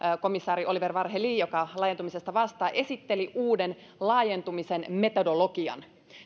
komissaari oliver varhelyi joka laajentumisesta vastaa esitteli uuden laajentumisen metodologian